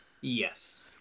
Yes